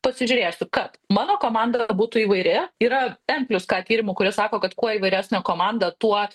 pasižiūrėsiu kad mano komanda būtų įvairi yra en plius ka tyrimų kurie sako kad kuo įvairesnė komanda tuo